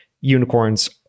unicorns